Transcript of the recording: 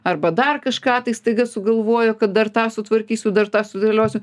arba dar kažką tai staiga sugalvojo kad dar tą sutvarkysiu dar tą sudėliosiu